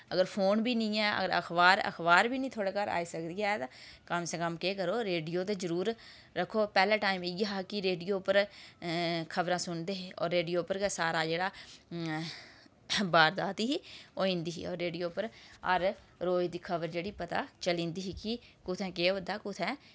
अगर फोन बी निं ऐ अखबार बी निं थुआढ़े घर आई सकदी ऐ ते कम से कम केह् करो रेडियो ते जरूर रक्खो पैह्ले टाईम इ'यै हा कि रेडियो पर खबरां सुनदे हे और रेडियो पर गै सारा जेह्ड़ा बारदात ही होई जंदी ही रेडियो पर हर रोज दी खबर जेह्ड़ी पता चली जंदी ही कि कुत्थै केह् होआ दा कुत्थै